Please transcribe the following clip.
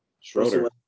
Schroeder